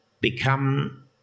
become